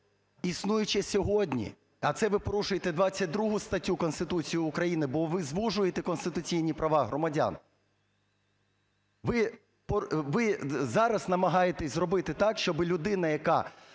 існуюче сьогодні, а це ви порушуєте 22 статтю Конституції України, бо ви звужуєте конституційні права громадян, ви зараз намагаєтесь зробити так, щоб людина, яка…